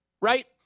right